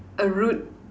a rude